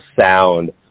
sound